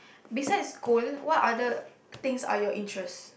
besides gold what other things are your interest